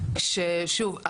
כששוב,